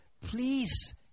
Please